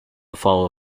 follow